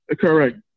Correct